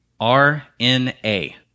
R-N-A